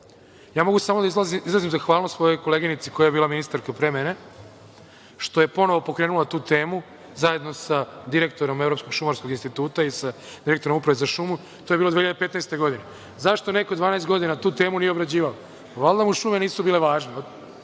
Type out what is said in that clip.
vas. Mogu samo da izrazim zahvalnost mojoj koleginici koja je bila ministarka pre mene, što je ponovo pokrenula tu temu zajedno sa direktorom Evropskog šumarskog instituta i sa direktorom Uprave za šumu. To je bilo 2015 godine. Zašto neko tu temu nije obrađivao? Valjda mu šume nisu bile važne.